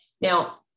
Now